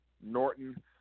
Norton